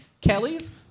Kelly's